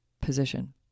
position